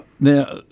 Now